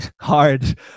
hard